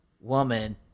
woman